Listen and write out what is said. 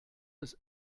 des